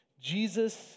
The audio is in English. Jesus